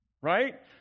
right